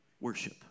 worship